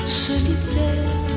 solitaire